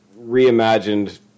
reimagined